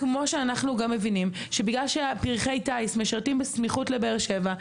כמו שאנחנו גם מבינים שבגלל שפרחי טיס משרתים בסמיכות לבאר שבע,